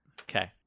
Okay